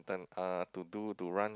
uh to do to run his